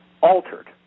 altered